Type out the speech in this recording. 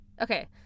Okay